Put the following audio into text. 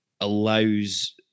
allows